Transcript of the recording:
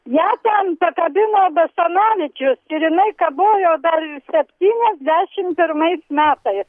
ją ten pakabino basanavičius ir jinai kabojo dar septyniasdešim pirmais metais